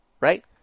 Right